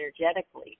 energetically